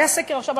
היה סקר עכשיו,